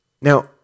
Now